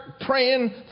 praying